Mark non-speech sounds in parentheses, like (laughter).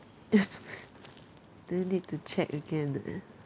(laughs) then need to check again eh